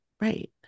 Right